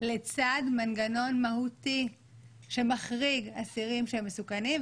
לצד מנגנון מהותי שמחריג אסירים שהם מסוכנים.